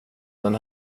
den